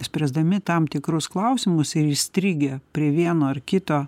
spręsdami tam tikrus klausimus ir įstrigę prie vieno ar kito